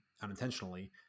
unintentionally